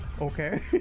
Okay